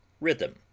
rhythm